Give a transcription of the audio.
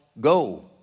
go